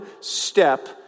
step